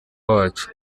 wacu